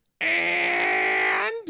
and